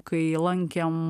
kai lankėm